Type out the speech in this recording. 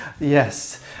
yes